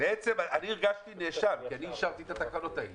אני הרגשתי נאשם כי אני אישרתי את התקנות האלה.